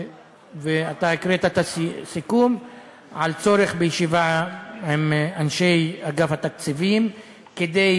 ואתה הקראת את הסיכום על צורך בישיבה עם אנשי אגף התקציבים כדי